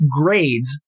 grades